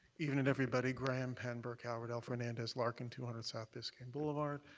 evening, everybody. graham penn bercow, radell fernandez larkin, two hundred south biscayne boulevard.